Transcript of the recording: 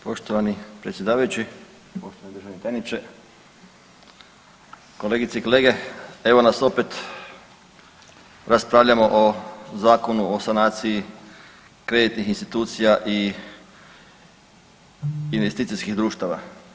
Poštovani predsjedavajući, državi tajniče, kolegice i kolege, evo nas opet, raspravljamo o Zakonu o sanaciji kreditnih institucija i investicijskih društava.